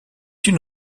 une